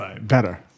better